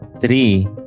Three